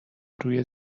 روی